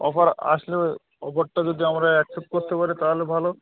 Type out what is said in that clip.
offer আসলে অফারটা যদি আমরা অ্যাকসেপ্ট করতে পারি তাহালে ভালো